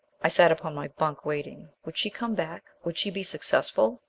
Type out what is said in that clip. i sat upon my bunk. waiting. would she come back? would she be successful?